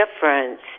difference